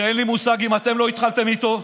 שאין לי מושג אם אתם לא התחלתם איתו,